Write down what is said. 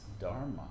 dharma